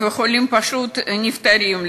וחולים פשוט נפטרים,